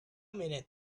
minute